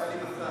לא היה לי מסך.